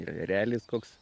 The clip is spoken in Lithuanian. ir erelis koks